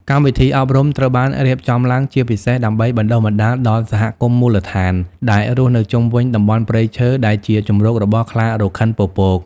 កម្មវិធីអប់រំត្រូវបានរៀបចំឡើងជាពិសេសដើម្បី បណ្ដុះបណ្ដាលដល់សហគមន៍មូលដ្ឋាន ដែលរស់នៅជុំវិញតំបន់ព្រៃឈើដែលជាជម្រករបស់ខ្លារខិនពពក។